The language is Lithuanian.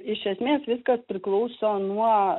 iš esmės viskas priklauso nuo